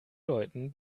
leuten